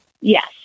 Yes